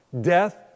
Death